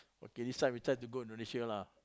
okay this time we try to go Indonesia lah